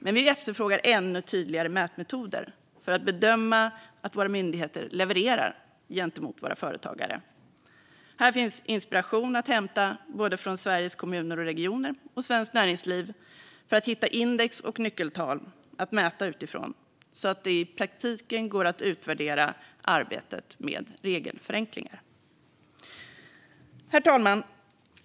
Men vi efterfrågar ännu tydligare mätmetoder för att bedöma att våra myndigheter levererar gentemot våra företagare. Här finns inspiration att hämta från både Sveriges Kommuner och Regioner och Svenskt Näringsliv för att hitta index och nyckeltal att mäta utifrån, så att det i praktiken går att utvärdera arbetet med regelförenklingar. Herr talman!